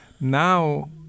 Now